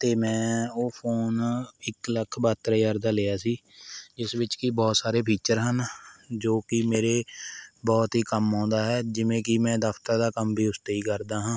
ਅਤੇ ਮੈਂ ਉਹ ਫ਼ੋਨ ਇੱਕ ਲੱਖ ਬਹੱਤਰ ਹਜ਼ਾਰ ਦਾ ਲਿਆ ਸੀ ਜਿਸ ਵਿੱਚ ਕਿ ਬਹੁਤ ਸਾਰੇ ਫੀਚਰ ਹਨ ਜੋ ਕਿ ਮੇਰੇ ਬਹੁਤ ਹੀ ਕੰਮ ਆਉਂਦਾ ਹੈ ਜਿਵੇਂ ਕਿ ਮੈਂ ਦਫ਼ਤਰ ਦਾ ਕੰਮ ਵੀ ਉਸ 'ਤੇ ਹੀ ਕਰਦਾ ਹਾਂ